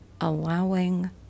allowing